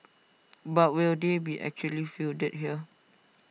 but will they be actually fielded here